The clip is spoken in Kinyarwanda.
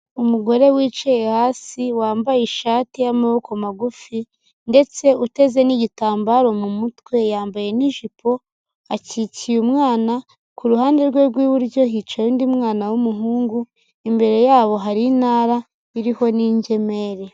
Umugore wicaye hasi wambaye ishati y'amaboko magufi ndetse uteze n'igitambaro mu mutwe, yambaye n'ijipo. Akikiye umwana, ku ruhande rwe rw'iburyo hicaye undi mwana w'umuhungu imbere yabo hari intara iriho n'ingemeri.